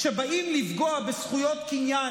כשבאים לפגוע בזכויות קניין,